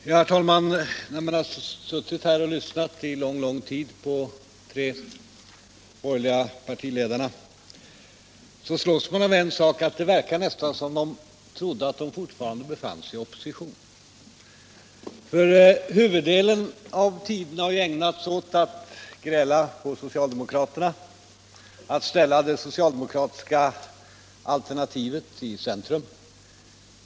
Herr talman! När man har suttit här och lyssnat en lång tid på de tre borgerliga partiledarna, slås man av en sak. Det verkar nästan som om de trodde att de fortfarande befann sig i opposition. Huvuddelen av tiden har ägnats åt att gräla på socialdemokraterna, att ställa det socialdemokratiska alternativet i centrum.